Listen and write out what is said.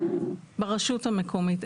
ברשות המקומית,